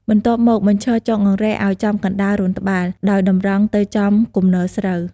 បន្ទាប់មក បញ្ឈរចុងអង្រែឱ្យចំកណ្តាលរន្ធត្បាល់ ដោយតម្រង់ទៅចំគំនរស្រូវ។